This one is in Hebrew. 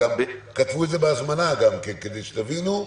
זה גם נכתב בהזמנה כדי שתבינו.